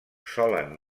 solen